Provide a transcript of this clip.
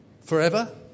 Forever